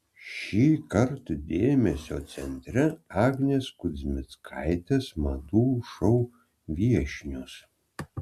šįkart dėmesio centre agnės kuzmickaitės madų šou viešnios